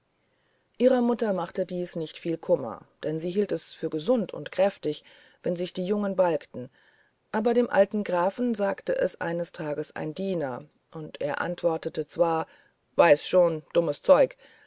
ihrer mutter machte dies nicht viel kummer denn sie hielt es für gesund und kräftig wenn sich die jungen balgten aber dem alten grafen sagte es eines tags ein diener und er antwortete zwar weiß schon dummes zeug